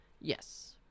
Yes